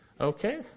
Okay